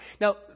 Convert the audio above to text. Now